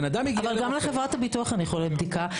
אבל גם לחברת הביטוח אין יכולת בדיקה.